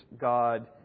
God